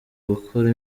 gukora